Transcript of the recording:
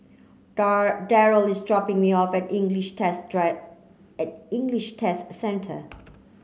Darryle is dropping me off at English Test Drive English Test Centre